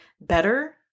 better